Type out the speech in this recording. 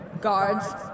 Guards